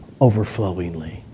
overflowingly